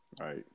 Right